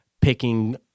picking